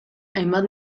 hainbat